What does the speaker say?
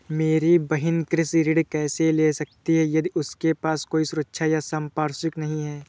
मेरी बहिन कृषि ऋण कैसे ले सकती है यदि उसके पास कोई सुरक्षा या संपार्श्विक नहीं है?